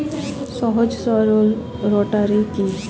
সহজ সরল রোটারি কি?